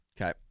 Okay